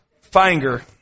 finger